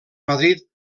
madrid